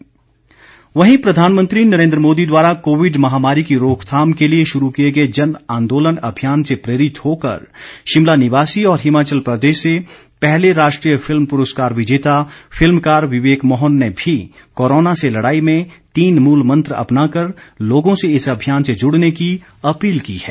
विवेक मोहन वहीं प्रधानमंत्री नरेन्द्र मोदी द्वारा कोविड महामारी की रोकथाम के लिए शुरू किए गए जन आंदोलन अभियान से प्रेरित होकर शिमला निवासी और हिमाचल प्रदेश से पहले राष्ट्रीय फिल्म पुरस्कार विजेता फिल्मकार विवेक मोहन ने भी कोरोना से लड़ाई में तीन मूल मंत्र अपना कर लोगों से इस अभियान से जुड़ने की अपील की है